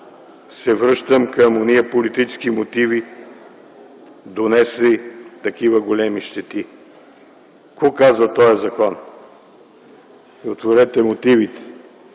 се връщам към ония политически мотиви, донесли такива големи щети. Какво казва тоя закон? Отворете мотивите